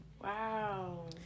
Wow